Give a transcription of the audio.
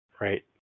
right